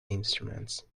instruments